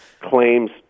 claims